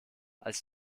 als